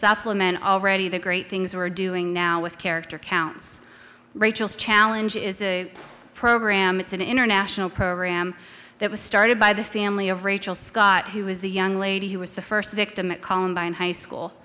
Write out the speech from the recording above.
supplement already the great things we're doing now with character counts rachel's challenge is a program it's an international program that was started by the family of rachel scott who is the young lady who was the first victim at columbine high school